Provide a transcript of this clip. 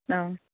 औ